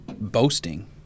boasting